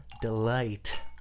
delight